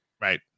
Right